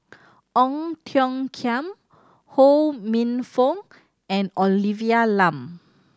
Ong Tiong Khiam Ho Minfong and Olivia Lum